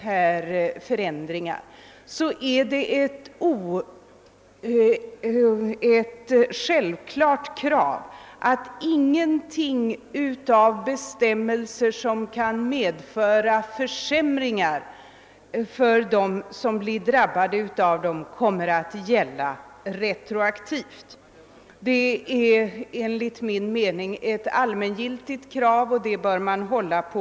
När förändringar av detta slag genomförs är det emellertid ett självklart krav att inga bestämmelser som kan medföra försämringar för dem som berörs kommer att gälla retroaktivt. Det är enligt min mening ett allmängiltigt krav som man bör fasthålla vid.